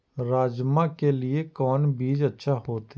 राजमा के लिए कोन बीज अच्छा होते?